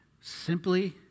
Simply